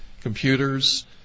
computers